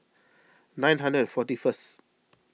nine hundred and forty first